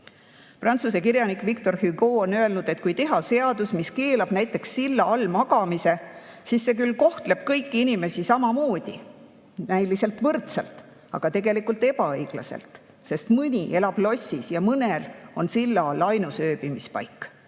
Prantsuse kirjanik Victor Hugo on öelnud, et kui teha seadus, mis keelab näiteks silla all magamise, siis see küll kohtleb kõiki inimesi samamoodi, näiliselt võrdselt, aga tegelikult ebaõiglaselt, sest mõni elab lossis ja mõnel on silla all ainus ööbimispaik.